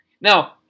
Now